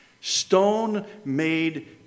stone-made